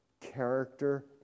character